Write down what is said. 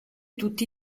tutti